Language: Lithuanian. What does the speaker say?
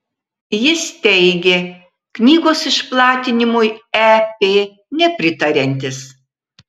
jis teigė knygos išplatinimui ep nepritariantis